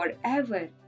forever